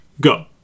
Go